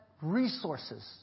resources